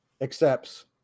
accepts